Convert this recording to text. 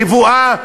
נבואה,